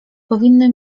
powinny